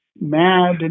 mad